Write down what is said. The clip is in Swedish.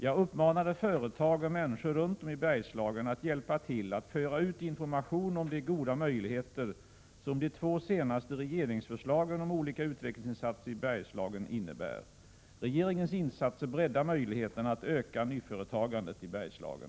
Jag uppmanade företag och människor runt om i Bergslagen att hjälpa till att föra ut information om de goda möjligheter som de två senaste regeringsförslagen om olika utvecklingsinsatser i Bergslagen innebär. Regeringens insatser breddar möjligheterna att öka nyföretagandet i Bergslagen.